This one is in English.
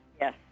yes